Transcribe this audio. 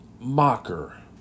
Mocker